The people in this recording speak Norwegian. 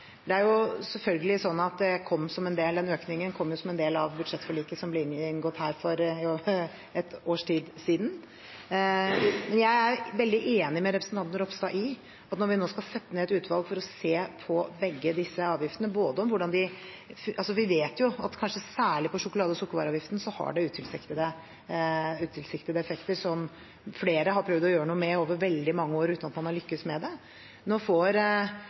Den økningen kom jo som en del av budsjettforliket som ble inngått her for et års tid siden. Jeg er veldig enig med representanten Ropstad i at når vi nå skal sette ned et utvalg for å se på begge disse avgiftene, vet vi at det kanskje særlig på sjokolade- og sukkervareavgiften har vært utilsiktede effekter, som flere har prøvd å gjøre noe med over veldig mange år uten at man har lykkes med det. Nå får